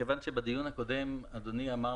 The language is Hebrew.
כיוון שבדיון הקודם אדוני אמר